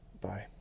Bye